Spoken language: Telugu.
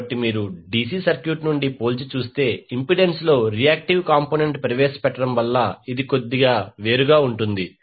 కాబట్టి మీరు డిసి సర్క్యూట్ నుండి పోల్చి చూస్తే ఇంపెడెన్స్లో రియాక్టివ్ కాంపోనెంట్ ప్రవేశపెట్టడం వల్ల ఇది కొద్దిగా వేరుగా ఉంటుంది